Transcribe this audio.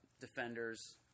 defenders –